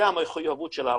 זה המחויבות של הרשות,